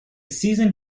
season